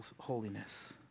holiness